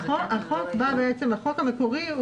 או כתגמולים אחרים כנפגע העבודה או כשוטר